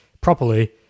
properly